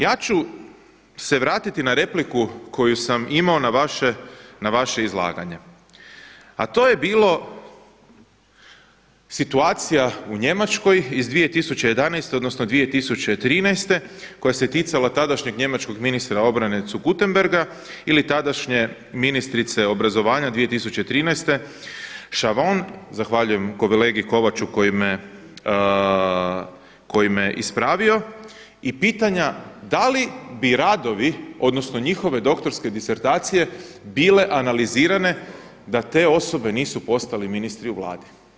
Ja ću se vratiti na repliku koju sam imao na vaše izlaganje, a to je bilo situacija u Njemačkoj iz 2011. odnosno 2013. koja se ticala tadašnjeg njemačkog ministra obrane … ili tadašnje ministrice obrazovanja 2013. …, zahvaljujem kolegi Kovaču koji me ispravio i pitanja da li bi radovi odnosno njihove doktorske disertacije bile analizirane da te osobe nisu postali ministri u Vladi?